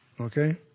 Okay